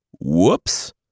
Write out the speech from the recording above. whoops